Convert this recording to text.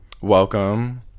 Welcome